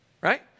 right